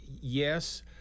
yes